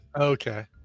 Okay